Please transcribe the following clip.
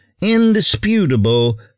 indisputable